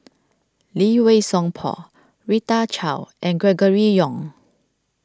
Lee Wei Song Paul Rita Chao and Gregory Yong